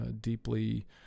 deeply